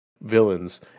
villains